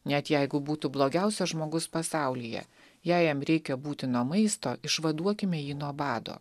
net jeigu būtų blogiausias žmogus pasaulyje jei jam reikia būtino maisto išvaduokime jį nuo bado